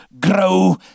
grow